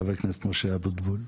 חבר הכנסת משה אבוטבול.